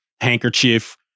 handkerchief